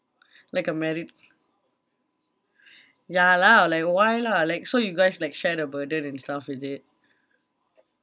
like a married ya lah like why lah like so you guys like share the burden and stuff is it